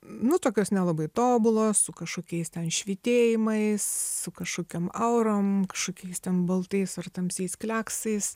nu tokios nelabai tobulos su kažkokiais ten švytėjimaissu kažkokiom aurom kažkokiais ten baltais ar tamsiais kleksais